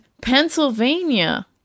Pennsylvania